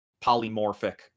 polymorphic